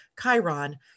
Chiron